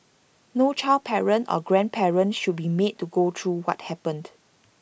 no child parent or grandparent should be made to go through what happened